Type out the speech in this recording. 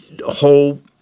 whole